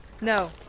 No